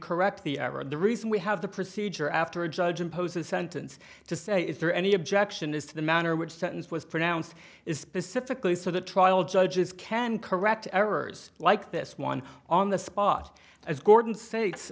and the reason we have the procedure after a judge impose a sentence to say is there any objection is to the manner in which sentence was pronounced is specifically so the trial judges can correct errors like this one on the spot as gordon sa